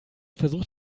versucht